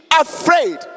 afraid